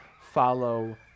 follow